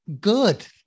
good